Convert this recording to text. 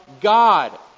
God